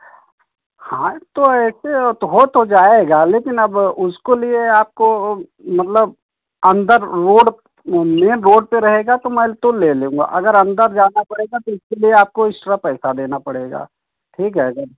हाँ तो ऐसे अ हो तो जाएगा लेकिन अब अ उसको लिए आपको ओ मतलब अंदर र रोड नीयर रोड पर रहेगा तो मैं तो मेन रोड पर ले लूंगा अगर अंदर जाना पड़ेगा तो इसके लिए आपको एस्ट्रा पैसा देना पड़ेगा ठीक है जन